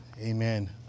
Amen